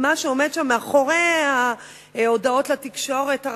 את מה שעומד שם מאחורי ההודעות לתקשורת,